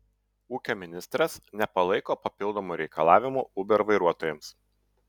ūkio ministras nepalaiko papildomų reikalavimų uber vairuotojams